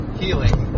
healing